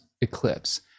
eclipse